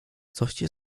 coście